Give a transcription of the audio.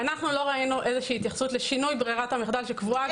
אנחנו לא ראינו איזושהי התייחסות לשינוי ברירת המחדל שקבועה כבר היום.